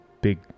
big